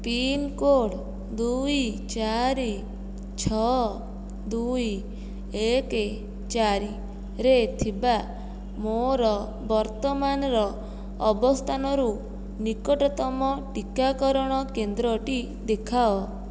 pin code ଦୁଇ ଚାରି ଛଅ ଦୁଇ ଏକ ଚାରିରେ ଥିବା ମୋର ବର୍ତ୍ତମାନର ଅବସ୍ଥାନରୁ ନିକଟତମ ଟିକାକରଣ କେନ୍ଦ୍ରଟି ଦେଖାଅ